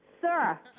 Sir